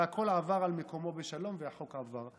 הכול עבר על מקומו בשלום והחוק עבר.